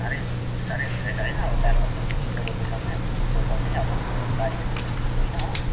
साह्रै साह्रै धेरै त होइन अब चार पाँच सय झ्याङ यसो रोपिसक्ने टोपल्ने अब त्यो बारी पनि त्यस्तो बेसी छैन हो